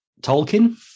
Tolkien